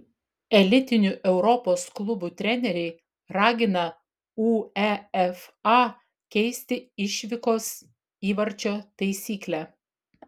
elitinių europos klubų treneriai ragina uefa keisti išvykos įvarčio taisyklę